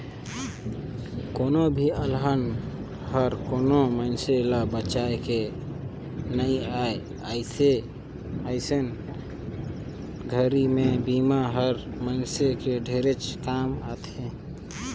कोनो भी अलहन हर कोनो मइनसे ल बताए के नइ आए अइसने घरी मे बिमा हर मइनसे के ढेरेच काम आथे